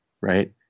Right